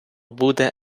буде